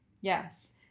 Yes